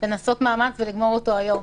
לעשות מאמץ ולגמור אותו היום.